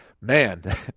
man